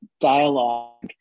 dialogue